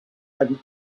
had